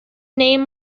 name